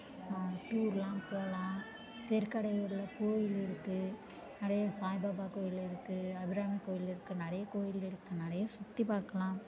டூர்லாம் போகலாம் திருக்கடையூரில் கோயில் இருக்கு அப்படே சாய்பாபா கோயில் இருக்கு அபிராமி கோயில் இருக்கு நிறைய கோயில்யிருக்கு நிறைய சுற்றி பார்க்கலாம்